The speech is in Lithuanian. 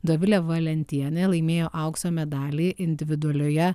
dovilė valentienė laimėjo aukso medalį individualioje